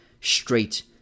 straight